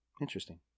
Interesting